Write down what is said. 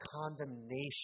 condemnation